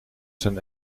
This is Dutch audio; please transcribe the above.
zijn